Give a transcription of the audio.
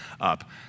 up